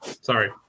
Sorry